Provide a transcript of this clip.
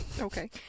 Okay